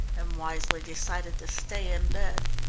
and wisely decided to stay in bed.